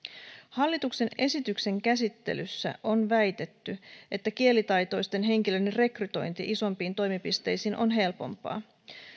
hallituksen esityksen käsittelyssä on väitetty että kielitaitoisten henkilöiden rekrytointi isompiin toimipisteisiin on helpompaa